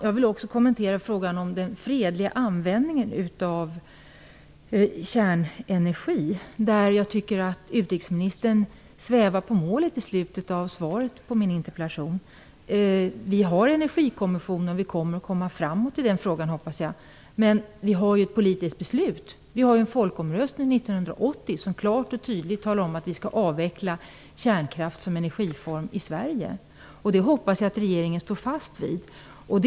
Jag vill också kommentera frågan om den fredliga användningen av kärnenergi. I slutet av svaret på min interpellation svävar utrikesministern på målet. Vi har Energikommissionen som jag hoppas kommer att föra den frågan framåt och vi har ju ett politiskt beslut. En folkomröstning från 1980 talar klart och tydligt om att vi skall avveckla kärnkraft som energiform i Sverige. Jag hoppas att regeringen står fast vid det.